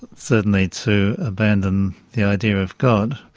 certainly to abandon the idea of god,